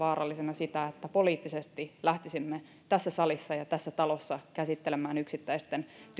sitä että poliittisesti lähtisimme tässä salissa ja tässä talossa käsittelemään yksittäisten